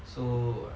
so